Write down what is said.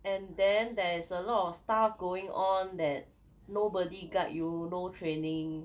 and then there's a lot of stuff going on that nobody guide you no training